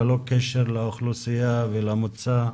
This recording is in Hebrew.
ללא קשר לסוג האוכלוסייה ולמוצא,